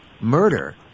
murder